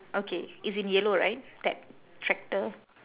okay it's in yellow right that tractor